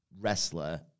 wrestler